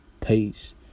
peace